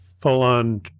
full-on